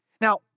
Now